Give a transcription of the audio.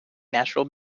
natural